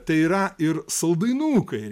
tai yra ir saldainukai